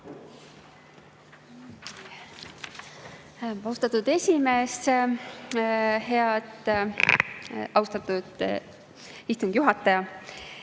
Austatud esimees! Head … Austatud istungi juhataja!